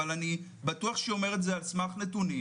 אבל אני בטוח שהיא אומרת את זה על סמך נתונים